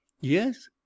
Yes